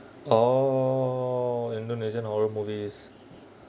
oh indonesian horror movies